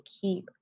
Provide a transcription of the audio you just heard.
keep